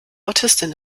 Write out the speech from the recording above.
autistin